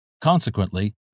Consequently